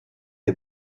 est